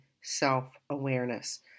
self-awareness